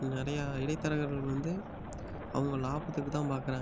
நிறையா இடைத்தரகர்கள் வந்து அவங்க லாபத்துக்குத்தான் பார்க்குறாங்க